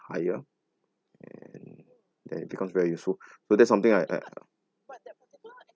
higher and then it becomes very useful so that's something I I